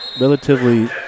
relatively